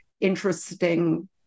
interesting